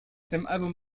dem